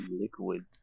liquid